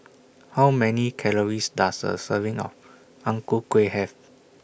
How Many Calories Does A Serving of Ang Ku Kueh Have